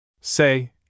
Say